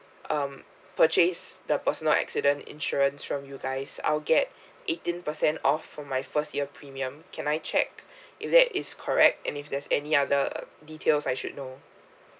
um purchase the personal accident insurance from you guys I'll get eighteen percent off from my first year premium can I check if that is correct and if there's any other details I should know